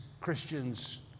Christians